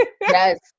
Yes